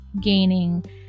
gaining